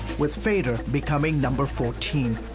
with fader becoming number fourteen.